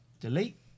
delete